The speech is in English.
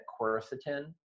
quercetin